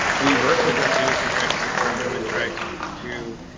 we work with our tennis and try to support them and try to to